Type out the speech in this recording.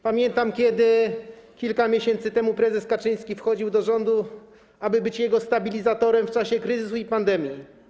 Pamiętam, jak kilka miesięcy temu prezes Kaczyński wchodził do rządu, aby być jego stabilizatorem w czasie kryzysu i pandemii.